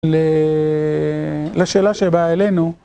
לשאלה שבאה אלינו